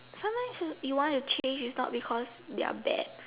sometimes you want to change is not because they're bad